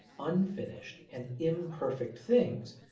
unfinished, and imperfect things,